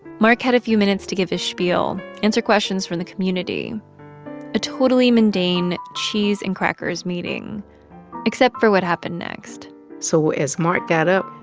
mark had a few minutes to give his spiel, answer questions from the community a totally mundane cheese and crackers meeting except for what happened next so as mark got up,